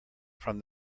from